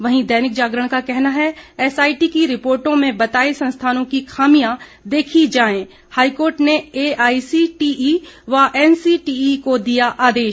वहीं दैनिक जागरण का कहना है एसआईटी की रिपोर्टो में बताए संस्थानों की खामियां देखी जाएं हाईकोर्ट ने एआईसीटीई व एनसीटीई को दिया आदेश